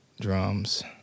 Drums